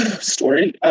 story